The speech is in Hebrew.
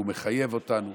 הוא מחייב אותנו.